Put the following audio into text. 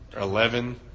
Eleven